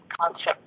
concept